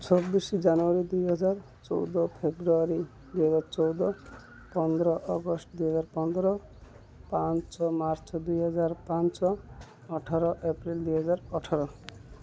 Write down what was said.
ଛବିଶ ଜାନୁଆରୀ ଦୁଇହଜାର ଚଉଦ ଫେବୃଆରୀ ଦୁଇହଜାର ଚଉଦ ପନ୍ଦର ଅଗଷ୍ଟ ଦୁଇହଜାର ପନ୍ଦର ପାଞ୍ଚ ମାର୍ଚ୍ଚ ଦୁଇହଜାର ପାଞ୍ଚ ଅଠର ଏପ୍ରିଲ୍ ଦୁଇ ହଜାର ଅଠର